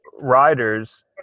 riders